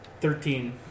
Thirteen